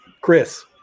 Chris